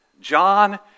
John